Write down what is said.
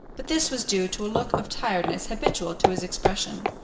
but this was due to a look of tiredness habitual to his expression,